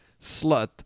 slut